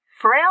Frail